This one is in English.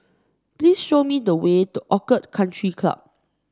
please show me the way to Orchid Country Club